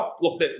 Look